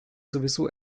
sowieso